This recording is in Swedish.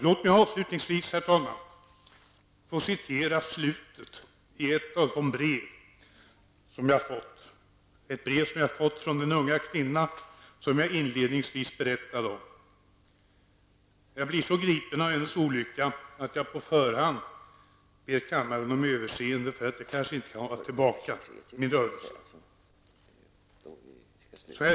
Låt mig avslutningsvis få citera slutet av ett brev, som jag fått från den unga kvinna som jag inledningvis berättade om. Jag blir så gripen av hennes olycka att jag på förhand ber kammaren om överseende för att jag kanske inte kan hålla tillbaka min rörelse.